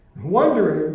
wondering